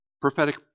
prophetic